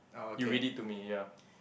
you read it to me ya